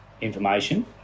information